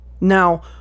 Now